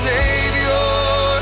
Savior